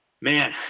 man